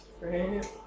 Right